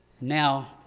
Now